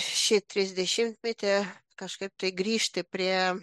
šį trisdešimtmetį kažkaip tai grįžti prie